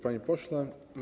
Panie Pośle!